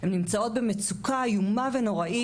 הן נמצאות במצוקה איומה ונוראית.